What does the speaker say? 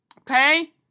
Okay